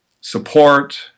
support